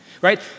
Right